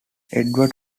edward